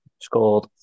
Scored